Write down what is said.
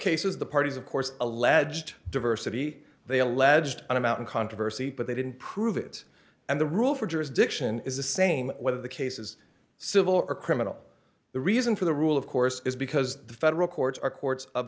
cases the parties of course alleged diversity they alleged and about and controversy but they didn't prove it and the rule for jurisdiction is the same whether the case is civil or criminal the reason for the rule of course is because the federal court